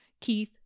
Keith